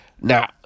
Now